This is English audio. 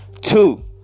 Two